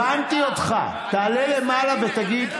הבנתי אותך, תעלה למעלה ותגיד.